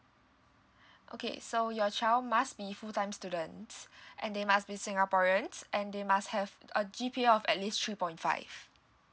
okay so your child must be full time students and they must be singaporeans and they must have a G_P_A of at least three point five